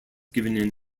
given